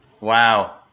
Wow